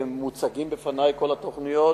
ומוצגות בפני כל התוכניות,